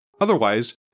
Otherwise